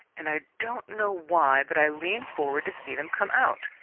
and i don't know why, but i leaned forward to see them come out.